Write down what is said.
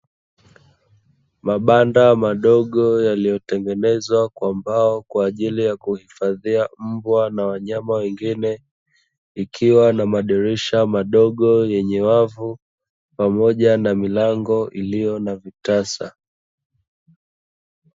Mabanda madogo yaliyotengenezwa kwa mbao kwa ajili ya kuhifadhia mbwa na wanyama wengine, ikiwa na madirisha madogo yenye wavu pamoja na milango iliyo na vitasa.